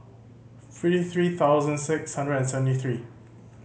three thousand six hundred and seventy three